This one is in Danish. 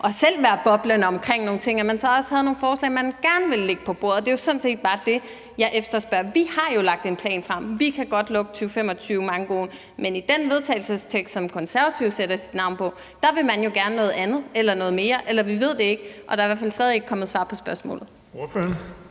og selv være boblende omkring nogle ting, så havde man nogle forslag, man gerne ville lægge på bordet. Det er jo sådan set bare det, jeg efterspørger. Vi har jo lagt en plan frem. Vi kan godt lukke 2025-mankoen, men i den vedtagelsestekst, som Konservative sætter sit navn på, vil man jo gerne noget andet eller noget mere, eller vi ved det ikke, og der er i hvert fald stadig ikke kommet svar på spørgsmålet.